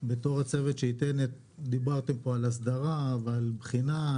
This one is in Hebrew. בתור הצוות שייתן דיברתם פה על הסדרה ועל בחינה,